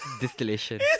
distillation